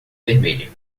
vermelha